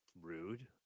Rude